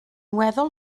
weddol